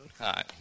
Hi